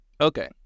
Okay